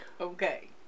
Okay